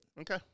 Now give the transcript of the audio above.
Okay